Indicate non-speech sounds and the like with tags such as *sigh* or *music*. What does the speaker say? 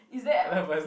is that *noise*